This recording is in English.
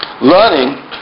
Learning